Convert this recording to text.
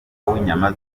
w’inyama